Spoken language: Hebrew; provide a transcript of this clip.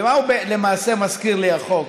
מה הוא למעשה מזכיר לי, החוק?